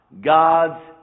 God's